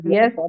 Yes